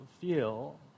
feel